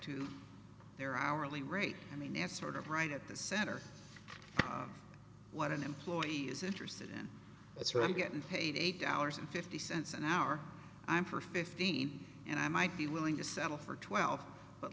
to their hourly rate i mean that's sort of right at the center what an employee is interested in it's really getting paid eight hours and fifty cents an hour i'm for fifty and i might be willing to settle for twelve but